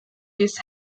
his